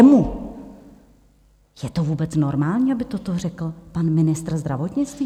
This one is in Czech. Je to vůbec normální, aby toto řekl pan ministr zdravotnictví?